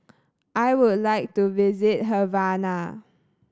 I would like to visit Havana